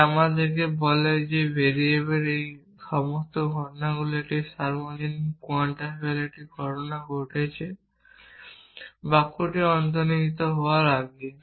যা আমাদের বলে যে এই ভেরিয়েবলের এই সমস্ত ঘটনাগুলির একটি সার্বজনীন কোয়ান্টিফায়ারের একটি ঘটনা রয়েছে বাক্যটি অন্তর্নিহিত হওয়ার আগে